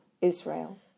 Israel